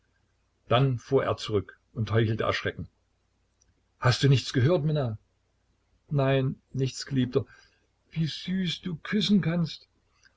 dann fuhr er zurück und heuchelte erschrecken hast du nichts gehört minna nein nichts geliebter wie süß du küssen kannst